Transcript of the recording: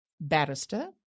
barrister